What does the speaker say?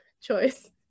Choice